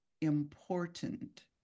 important